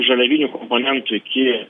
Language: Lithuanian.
žaliavinių komponentų iki